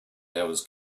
hours